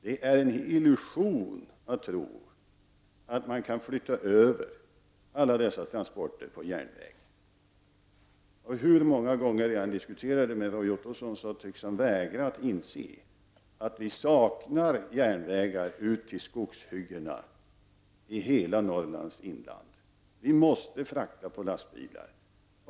Det är en illusion att tro att alla dessa transporter kan flyttas över på järnväg. Hur många gånger jag än diskuterar detta med Roy Ottosson tycks han vägra att inse att det i hela Norrlands inland saknas vägar till skogshyggena. Vi måste frakta på lastbilar.